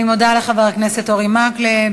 אני מודה לחבר הכנסת אורי מקלב.